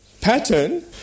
pattern